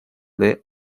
del